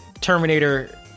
Terminator